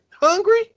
Hungry